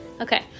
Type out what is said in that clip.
okay